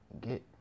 get